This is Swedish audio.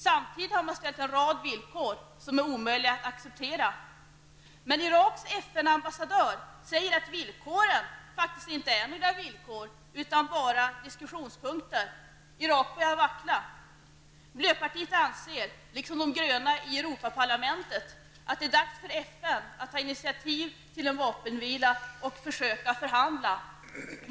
Samtidigt har man ställt en rad villkor som är omöjliga att acceptera. Men Iraks FN-ambassadör säger att villkoren faktiskt inte är några villkor utan bara diskussionspunkter. Irak börjar vackla. Miljöpartiet anser, liksom de gröna i Europaparlamentet, att det är dags för FN att ta initiativ till en vapenvila och försöka förhandla.